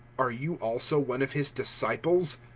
are you also one of his disciples?